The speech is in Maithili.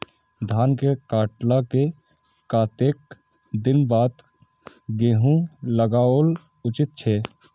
धान के काटला के कतेक दिन बाद गैहूं लागाओल उचित छे?